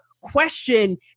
question